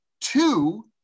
two